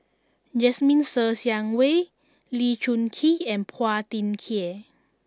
Jasmine Ser Xiang Wei Lee Choon Kee and Phua Thin Kiay